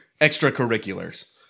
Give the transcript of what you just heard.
Extracurriculars